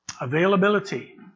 availability